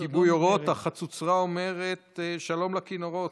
כיבוי אורות, החצוצרה אומרת שלום לכינורות.